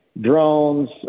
drones